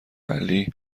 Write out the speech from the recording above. علی